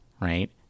right